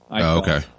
Okay